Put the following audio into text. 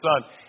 son